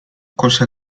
cosa